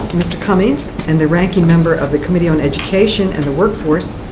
mr. cummings, and the ranking member of the committee on education and the workforce,